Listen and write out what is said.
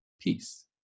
peace